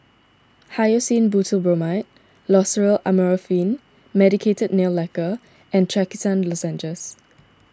Hyoscine Butylbromide Loceryl Amorolfine Medicated Nail Lacquer and Trachisan Lozenges